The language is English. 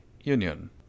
union